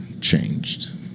changed